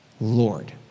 Lord